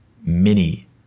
mini